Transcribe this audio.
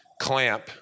clamp